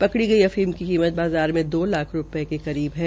कड़ी गई अफीम की कीमत बाज़ार में दो लाख रू ये के करीब है